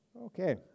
Okay